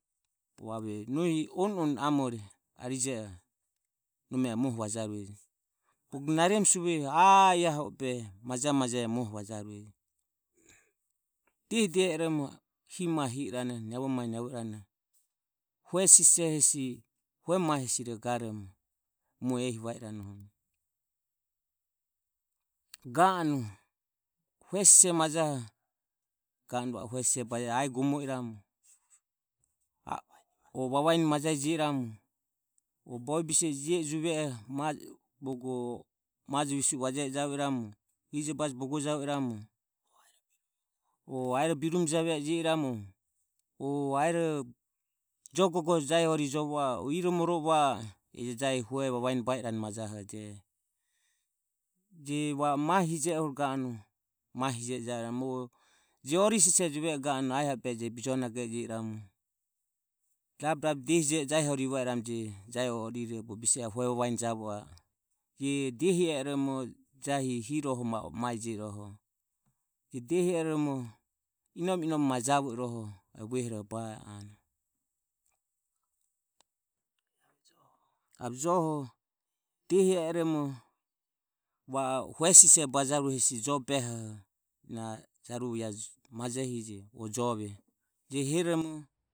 O ave nohi on on sa are arije oho nome e muoho vajarueje bogo naremu sivueho ae aho obehe majae maje e muoho vajarue. Diehi diehi vaeromo ave muoho hi mae hiromo niavo i rane hue sise hesi hue mae hesiroho garomo muoho ehi va irane ga anue hue sise majaho ga anue ae gome e va o hue sise ba anue o vavaeni majaho o bovie bise e je juve oho bogo maje visue va je e javo iramu o ijobaje bogo javo iramu o aero birumi jave e jio iramu o aero joe gogo jahi orire va e o iromorove va e o eho iae jahi vue vavane ba irane majohoje je va o mae hije ohuro ga anue mae hi eje javo iramu o je ori sise juve oho ae aho o behe ja bijonage e jio iramu rabe rabe diehije e jahi orire va iramu jahi orire je oho bogo bise are hue vavaene javo a e je diehi oromo jahi hioroho va o mae jio i rohoho diehi oromo inome inomoho ma javo irohe e vuehore ba anue. Ave joho diehi o romo va o hue sise bajarue joho jaruvo iae majehije o jove je heromo.